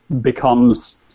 becomes